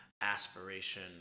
aspiration